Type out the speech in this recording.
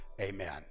amen